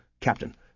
Captain